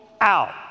out